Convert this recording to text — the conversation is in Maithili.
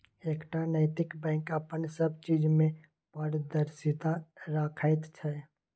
एकटा नैतिक बैंक अपन सब चीज मे पारदर्शिता राखैत छै